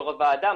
יו"ר הוועדה,